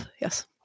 yes